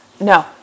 No